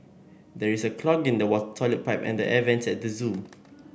there is a clog in the toilet pipe and the air vents at the zoo